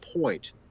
point